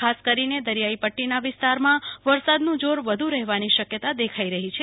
ખાસ કરીને દરિયાઇપટ્ટીના વિસ્તારમાં વરસાદનું જોર વધુ રહેવાની શક્યતા દેખાઇ રહી છે